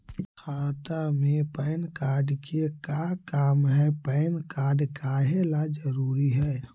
खाता में PAN card के का काम है पैन कार्ड काहे ला जरूरी है?